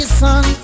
son